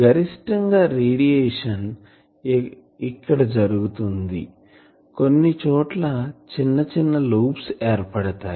గరిష్టం గా రేడియేషన్ ఇక్కడ జరుగుతుంది కొన్ని చోట్ల చిన్న చిన్న లోబ్స్ ఏర్పడతాయి